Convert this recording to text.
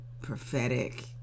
prophetic